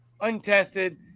untested